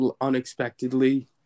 unexpectedly